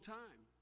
time